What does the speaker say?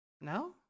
No